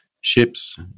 ships